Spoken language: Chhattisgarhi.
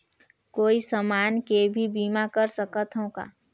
कोई समान के भी बीमा कर सकथव का?